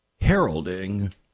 heralding